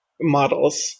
models